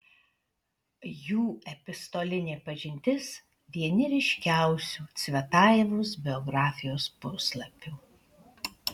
jų epistolinė pažintis vieni ryškiausių cvetajevos biografijos puslapių